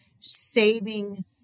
saving